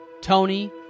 Tony